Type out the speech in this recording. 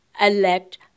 elect